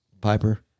Piper